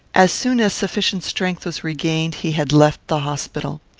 as soon as sufficient strength was regained, he had left the hospital.